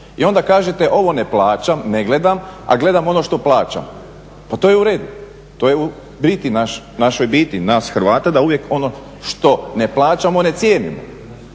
I onda kažete ovo ne plaćam, ne gledam a gledam ono što plaćam, pa to je u redu, to je u biti, našoj biti nas Hrvata da uvijek ono što ne plaćamo ne cijenimo.